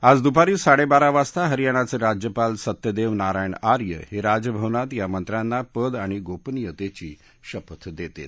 आज दुपारी साडेबारा वाजता हरियाणाचे राज्यपाल सत्यदेव नारायण आर्य हे राजभवनात या मंत्र्यांना पद आणि गोपनीयतेची शपथ देतील